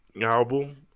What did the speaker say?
album